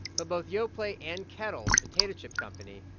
but both yoplait and kettle, the potato chip company,